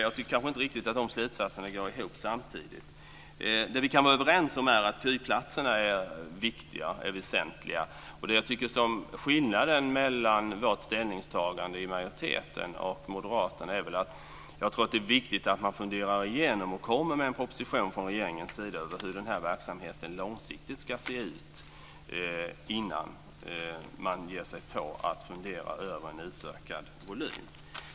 Jag tycker inte riktigt att dessa slutsatser går ihop. Vi kan vara överens om att KY-platserna är väsentliga. Skillnaden mellan majoritetens ställningstagande och moderaternas är att vi tycker att det är viktigt att man funderar igenom detta och att regeringen kommer med en proposition om hur verksamheten långsiktigt ska se ut innan man ger sig på att fundera över en utökad volym.